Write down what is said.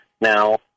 now